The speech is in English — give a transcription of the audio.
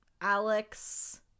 Alex